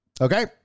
Okay